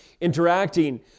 interacting